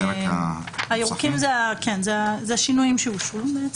מה שמסומן בירוק, אלה השינויים שאושרו.